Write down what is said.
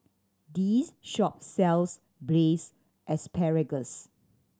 this shop sells Braised Asparagus